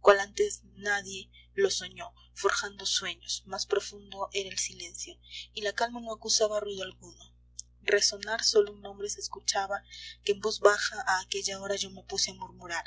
cual antes nadie los soñó forjando sueños más profundo era el silencio y la calma no acusaba ruido alguno resonar sólo un nombre se escuchaba que en voz baja a aquella hora yo me puse a murmurar